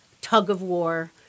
tug-of-war